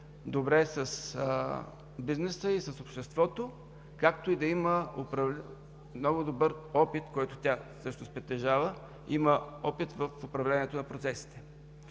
добре с бизнеса и с обществото, както и да има много добър опит, който тя всъщност притежава – има опит в управлението на процесите.